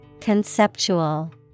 Conceptual